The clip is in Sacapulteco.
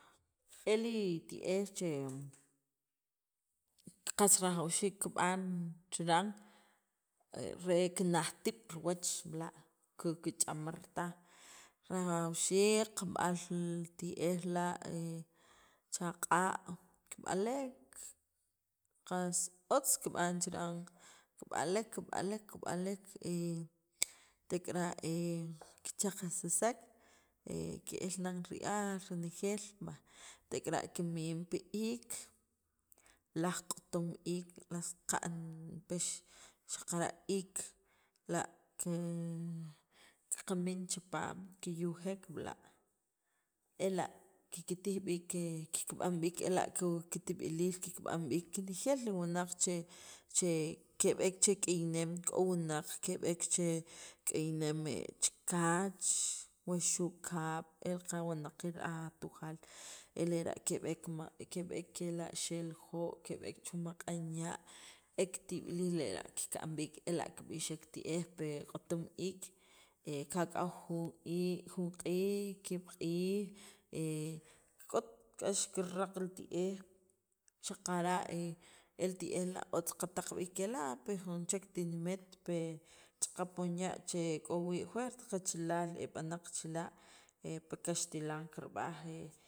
e li ti'ej che li qas rajawxiik kib'an chiran re kinajtib' riwach b'al kich'amar taj rajawxiik kab'al li ti'ej la' cha q'a' kib'alek, qas otz kib'an chiran kib'alek kib'alek, kib'alek tek'ara' kichaqajsisek ke'el nan ri'aal renejeel va tek'ara' kemin pi iik laj q'utum iik laj saqa'n pex xaqara' li iik la' ki kamin chipaam kiyujek b'la' ela' kiktij b'iik kikb'an b'iik ela' kitib'iliil kenejeel li wunaq che keb'eek che k'iyneem k'o wunaq keb'eek che k'iyneem chakach wuxu' kaab' el qawunaqiil r'aj aj tujaal e lera' keb'eek kela' xe'ljo' chu' maq'anya' e kitib'iliil lera' kikb'an b'iik ela' kib'ixek ti'ej pi q'utum iik' kak'aw jun iik', jun q'iij ki'ab' q'iij k'ot k'ax kiraq li ti'ej xaqara' el ti'ej la' otz qataq b'iik kela' pi jun chek tinimet pe ch'aqapoon ya' che e k'o juert qachalaal e b'anaq chila' pi katilan kirb'aj